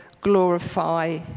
glorify